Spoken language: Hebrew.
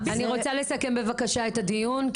אני רוצה לסכם בבקשה את הדיון,